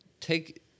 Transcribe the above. take